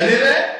כנראה.